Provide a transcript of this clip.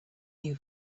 new